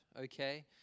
okay